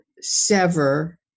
sever